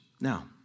Now